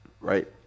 Right